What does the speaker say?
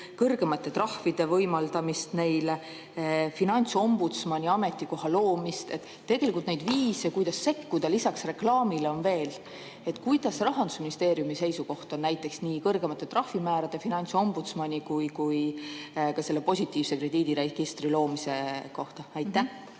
kõrgemate trahvide võimaldamist neile, finantsombudsmani ametikoha loomist. Tegelikult neid viise, kuidas sekkuda lisaks reklaamile, on veel. Milline on Rahandusministeeriumi seisukoht näiteks nii kõrgemate trahvimäärade, finantsombudsmani kui ka selle positiivse krediidiregistri loomise kohta? Aitäh,